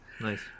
Nice